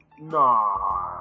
Nah